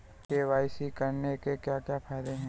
KYC करने के क्या क्या फायदे हैं?